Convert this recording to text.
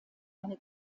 eine